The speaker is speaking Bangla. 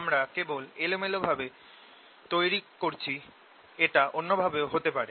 আমরা কেবল এলোমেলো ভাবে তৈরি করছি এটা অন্যভাবেও হতে পারে